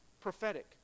prophetic